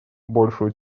большую